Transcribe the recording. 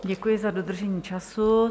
Děkuji za dodržení času.